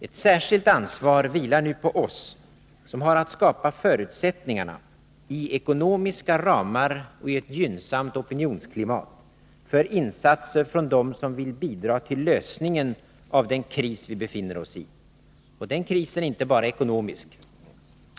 Ett särskilt ansvar vilar nu på oss, som har att skapa förutsättningarna — i ekonomiska ramar och i ett gynnsamt opinionsklimat — för insatser från dem som vill bidra till lösningen av den kris vi befinner oss i. Den krisen är inte bara ekonomisk.